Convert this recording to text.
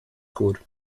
gut